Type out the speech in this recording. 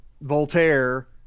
Voltaire